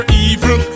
evil